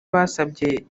basabye